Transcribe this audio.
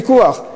ויכוח.